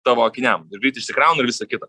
tavo akiniam išsikrauna ir visa kita